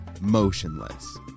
motionless